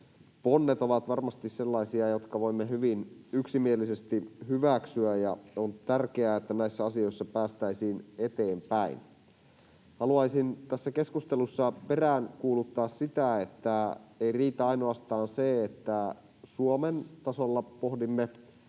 ponnet ovat varmasti sellaisia, jotka voimme hyvin yksimielisesti hyväksyä, ja on tärkeää, että näissä asioissa päästäisiin eteenpäin. Haluaisin tässä keskustelussa peräänkuuluttaa sitä, että ei riitä ainoastaan se, että Suomen tasolla pohdimme